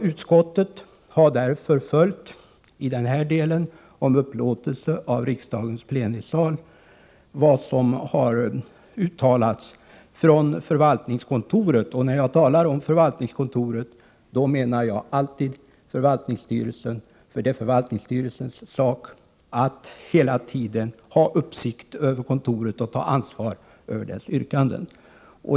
Utskottet har därför när det gäller upplåtelse av riksdagens plenisal följt vad som har uttalats av förvaltningskontoret. När jag talar om förvaltningskontoret, menar jag alltid förvaltningsstyrelsen. Det är dess sak att hela tiden ha uppsikt över kontoret och ta ansvar för dess yrkanden.